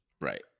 right